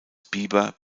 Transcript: biber